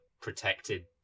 protected